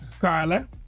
Carla